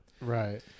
Right